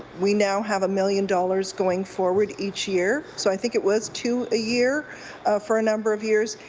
we now have a million dollars going forward each year. so i think it was two a year for a number of years.